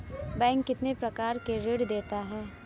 Bank कितने प्रकार के ऋण देता है?